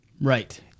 Right